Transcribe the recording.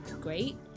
great